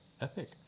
Epic